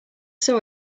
saw